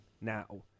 now